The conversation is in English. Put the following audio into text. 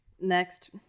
next